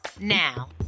Now